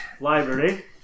Library